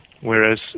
whereas